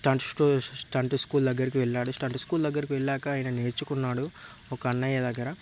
stunt school stunt school దగ్గరికి వెళ్ళాడు stunt school దగ్గరికి వెళ్ళాక ఆయన నేర్చుకున్నాడు ఒక అన్నయ్య దగ్గర